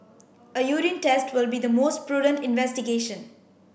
a urine test would be the most prudent investigation